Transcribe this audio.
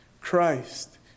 Christ